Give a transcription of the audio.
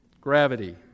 gravity